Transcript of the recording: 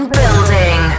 building